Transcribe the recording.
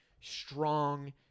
strong